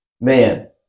man